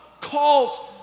calls